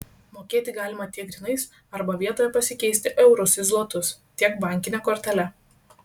mokėti galima tiek grynais arba vietoje pasikeisti eurus į zlotus tiek bankine kortele